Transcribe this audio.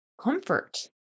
comfort